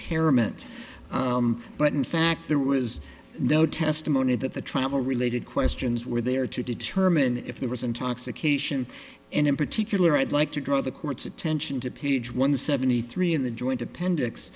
impairment but in fact there was no testimony that the travel related questions were there to determine if there was intoxication and in particular i'd like to draw the court's attention to pillage one seventy three in the joint appendix